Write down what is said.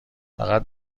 فقط